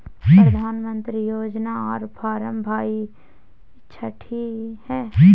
प्रधानमंत्री योजना आर फारम भाई छठी है?